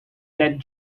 that